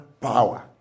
power